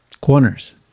corners